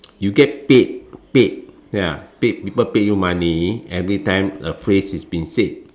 you get paid paid ya paid people pay you money every time a phrase is been said